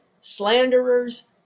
slanderers